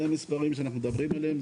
אלו המספרים שאנחנו מדברים עליהם.